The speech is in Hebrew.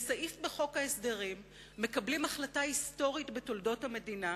בסעיף בחוק ההסדרים מקבלים החלטה היסטורית בתולדות המדינה,